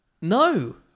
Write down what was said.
no